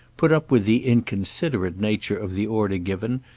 put up with the inconsiderate nature of the order given,